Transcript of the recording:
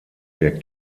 der